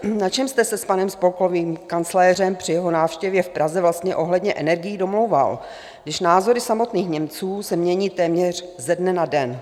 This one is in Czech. Na čem jste se s panem spolkovým kancléřem při jeho návštěvě v Praze vlastně ohledně energií domlouval, když názory samotných Němců se mění téměř ze dne na den?